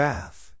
Bath